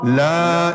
la